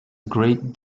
great